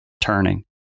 turning